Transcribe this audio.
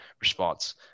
response